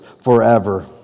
forever